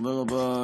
תודה רבה.